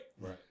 Right